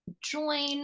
join